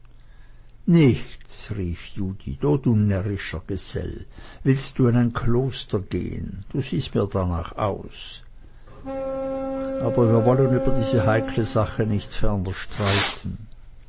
nichts rief judith o du närrischer gesell willst du in ein kloster gehen du siehst mir darnach aus aber wir wollen über diese heikle sache nicht ferner streiten